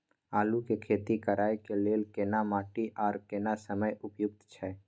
आलू के खेती करय के लेल केना माटी आर केना समय उपयुक्त छैय?